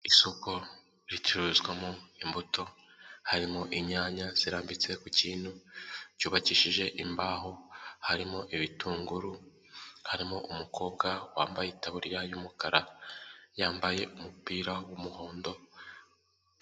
Isoko ricururizwamo imbuto harimo inyanya zirambitse ku kintu cyubakishije imbaho, harimo ibitunguru, harimo umukobwa wambaye itaburiya y'umukara, yambaye umupira w'umuhondo.